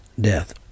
death